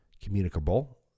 communicable